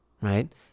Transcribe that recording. right